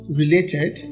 related